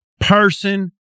person